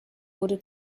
wurde